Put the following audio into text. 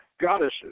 goddesses